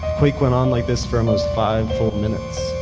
quake went on like this for almost five full minutes,